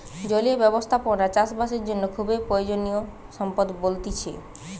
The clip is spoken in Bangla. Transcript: জলীয় ব্যবস্থাপনা চাষ বাসের জন্য খুবই প্রয়োজনীয় সম্পদ বলতিছে